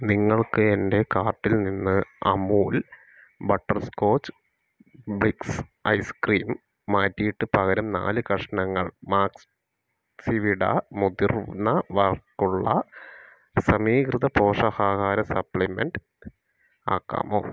നിങ്ങൾക്ക് എന്റെ കാർട്ടിൽ നിന്ന് Amul butterscotch bliss ice cream മാറ്റിയിട്ട് പകരം നാല് കഷണങ്ങൾ മാക്സ്വിട മുതിർന്നവർക്കുള്ള സമീകൃത പോഷകാഹാര സപ്ലിമെൻറ്റ് ആക്കാമോ